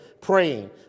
praying